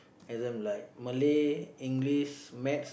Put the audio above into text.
and then like Malay English maths